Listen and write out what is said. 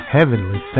Heavenly